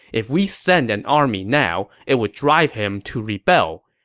if we send an army now, it would drive him to rebel.